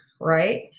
right